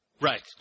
Right